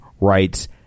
writes